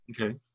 okay